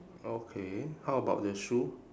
okay how about the shoe